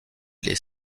les